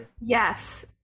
Yes